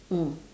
mm